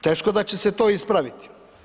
Teško da će se to ispraviti.